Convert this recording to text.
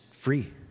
free